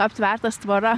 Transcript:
aptvertas tvora